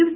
F